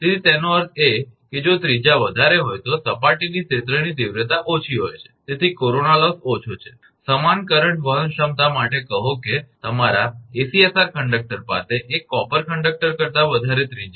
તેથી તેનો અર્થ એ કે જો ત્રિજ્યા વધારે હોય તો સપાટીની ક્ષેત્રની તીવ્રતા ઓછી હોય છે તેથી કોરોના લોસ ઓછો છે સમાન કરંટ વહન ક્ષમતા માટે કહો કે તમારા એસીએસઆર કંડક્ટર પાસે એક કોપર કંડક્ટર કરતા વધારે ત્રિજ્યા હોય છે